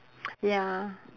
ya